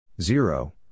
zero